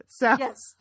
Yes